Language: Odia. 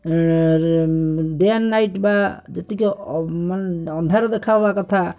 ଡେ ଏଣ୍ଡ୍ ନାଇଟ୍ ବା ଯେତିକି ଅନ୍ଧାର ଦେଖା ହେବା କଥା